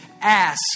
ask